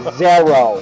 zero